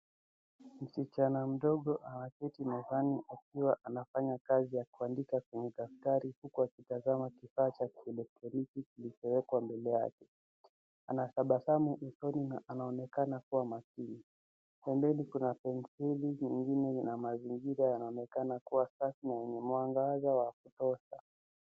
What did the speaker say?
Msichana mdogo ameketi mezani akiwa anafanya kazi ya kuandika kwenye daftari huku akitazama kifaa cha elektroniki kilichowekwa mbele yake. Ana tabasamu usoni na anaonekana kuwa makini. Pembeni kuna penseli nyingine na mazingira yanaonekana kuwa safi na yenye mwangaza wa kutosha.